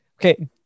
Okay